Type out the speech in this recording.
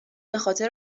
بخاطر